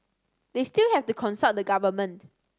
they still have to consult the government